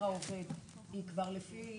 כבר לפי